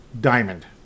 Diamond